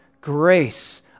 grace